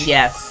Yes